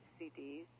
CDs